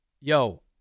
yo